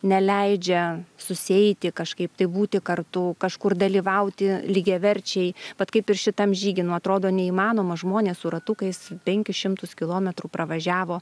neleidžia susieiti kažkaip tai būti kartu kažkur dalyvauti lygiaverčiai vat kaip ir šitam žygy nu atrodo neįmanoma žmonės su ratukais penkis šimtus kilometrų pravažiavo